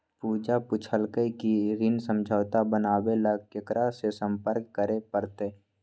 पूजा पूछल कई की ऋण समझौता बनावे ला केकरा से संपर्क करे पर तय?